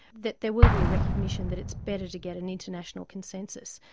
that there will be a recognition that it's better to get an international consensus.